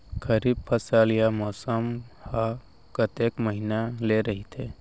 खरीफ फसल या मौसम हा कतेक महिना ले रहिथे?